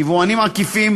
יבואנים עקיפים